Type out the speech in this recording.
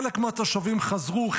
חלק מהתושבים חזרו,